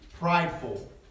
prideful